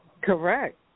Correct